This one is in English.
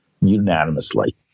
unanimously